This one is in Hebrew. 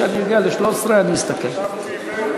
אם כן,